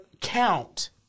count